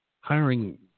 hiring